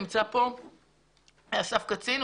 נמצא כאן אסף קצין.